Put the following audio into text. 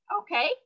okay